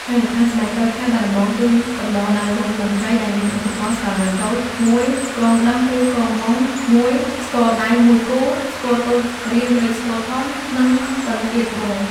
ឯល្ខោនស្បែកតូចខេត្តបាត់ដំបង គឺកំដរដោយវង់តន្ត្រី ដែលមានឧបករណ៍ស្រឡៃតូច១ គងដោះឬគងម៉ង់១ ស្គរដៃ១គូ ស្គរតូចរាងដូចស្គរធំ និងពិណពាទ្យ១ ។